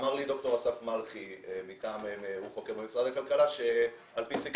אמר לי דוקטור אסף מלחי שהוא חוקר במשרד הכלכלה שעל פי סקר